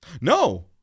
No